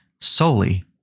solely